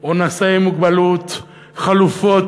או נשאי מוגבלות, חלופות.